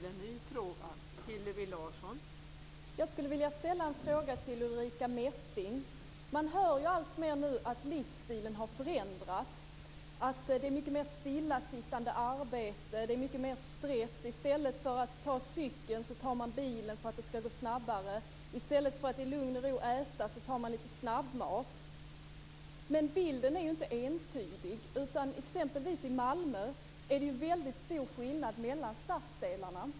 Fru talman! Jag skulle vilja ställa en fråga till Ulrica Messing. Livsstilen har förändrats. Arbetena är mer stillasittande. Det är mer stress. I stället för att ta cykeln tar man bilen för att det skall gå snabbare. I stället för att äta i lugn och ro tar man lite snabbmat. Men bilden är inte entydig. I exempelvis Malmö är det stor skillnad mellan stadsdelarna.